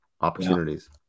Opportunities